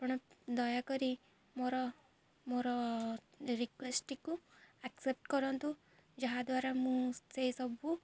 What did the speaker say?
ଆପଣ ଦୟାକରି ମୋର ମୋର ରିକ୍ୱେଷ୍ଟଟିକୁ ଆକ୍ସେପ୍ଟ କରନ୍ତୁ ଯାହାଦ୍ୱାରା ମୁଁ ସେଇସବୁ